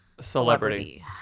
celebrity